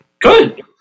Good